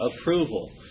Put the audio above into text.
approval